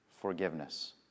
forgiveness